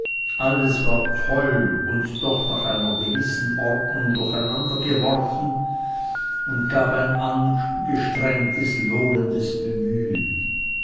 alles war toll und doch nach einer gewissen ordnung durcheinandergeworfen und gab ein angestrengtes lohnendes bemühen